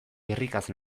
irrikaz